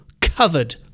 covered